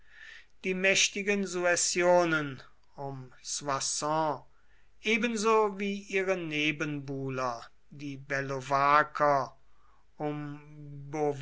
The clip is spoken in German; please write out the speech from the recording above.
die mächtigen suessionen um soissons ebenso wie ihre nebenbuhler die bellovaker